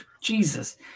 Jesus